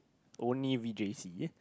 only v_j_c